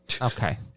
Okay